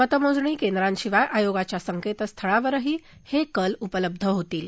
मतमोजणी केंद्रांशिवाय आयोगाच्या संकेतस्थळावरही हे कल उपलब्ध होतील